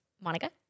Monica